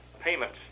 payments